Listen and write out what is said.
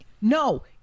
No